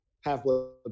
Half-Blood